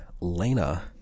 Lena